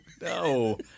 no